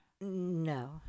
No